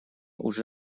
уже